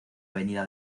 avenida